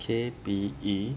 K_P_E